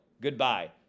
goodbye